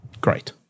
great